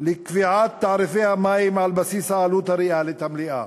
לקבוע תעריפי מים על בסיס העלות הריאלית המלאה.